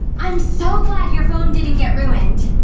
i'm so glad your phone didn't get ruined!